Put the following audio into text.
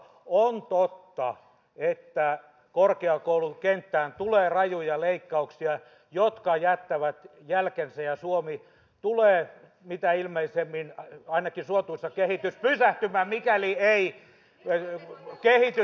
on totta että korkeakoulukenttään tulee rajuja leikkauksia jotka jättävät jälkensä ja suomessa tulee mitä ilmeisemmin ainakin suotuisa kehitys pysähtymään mikäli ei kehitys pysähdy